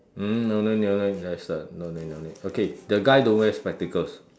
mm no need no need there's a no need no need okay the guy don't wear spectacles